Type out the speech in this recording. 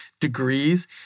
degrees